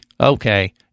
okay